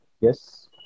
Yes